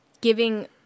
giving